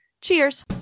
Cheers